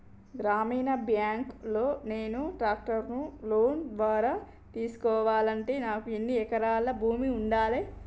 గ్రామీణ బ్యాంక్ లో నేను ట్రాక్టర్ను లోన్ ద్వారా తీసుకోవాలంటే నాకు ఎన్ని ఎకరాల భూమి ఉండాలే?